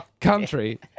country